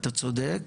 אתה צודק,